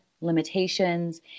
limitations